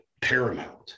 paramount